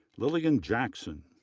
lillian jackson,